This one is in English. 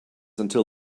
until